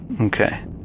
Okay